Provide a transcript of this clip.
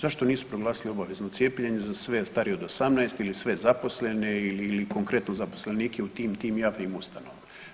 Zašto nisu proglasili obavezno cijepljenje za sve starije od 18 ili sve zaposlene ili konkretno zaposlenike u tim, tim javnim ustanovama?